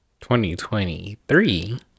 2023